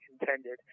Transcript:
intended